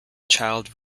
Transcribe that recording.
child